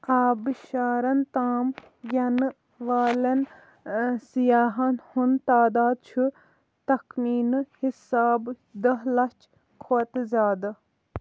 آبہٕ شارن تام یَنہٕ والٮ۪ن سِیاحن ہُنٛد تاداد چھُ تخمیٖنہٕ حِسابہٕ دَہ لَچھ کھۄتہٕ زیادٕ